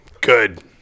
Good